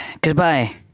Goodbye